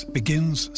begins